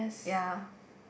ya